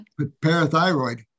parathyroid